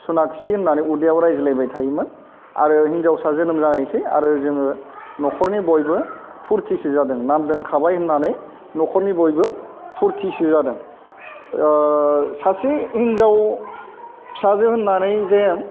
सनाकसि होननानै उदैआव रायज्लायबाय थायोमोन आरो हिन्जावसा जोनोम जानायसै आरो जोङो न'खरनि बयबो फुरथिसो जादों नाम दोनखाबाय होननानै न'खरनि बयबो फुरथिसो जादों सासे हिन्जाव फिसाजो होननानै जे